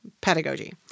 pedagogy